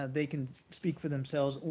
they can speak for themselves.